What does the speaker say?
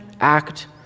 act